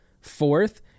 Fourth